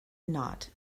not